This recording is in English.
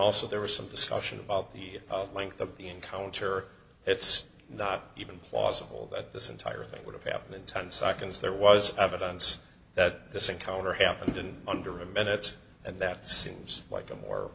also there was some discussion about the length of the encounter it's not even plausible that this entire thing would have happened in ten seconds there was evidence that this encounter happened in under a minute and that seems like a more